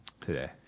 today